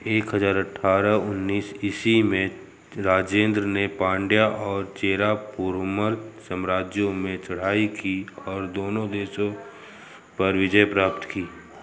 एक हज़ार अठारह उन्नीस इसी में राजेंद्र ने पांड्या और चेरा पोरोमल साम्राज्यों में चढ़ाई की और दोनों देशों पर विजय प्राप्त की